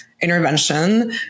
intervention